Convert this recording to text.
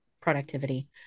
productivity